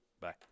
bye